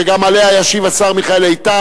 שגם עליה ישיב השר מיכאל איתן,